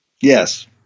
Yes